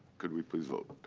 could we please vote.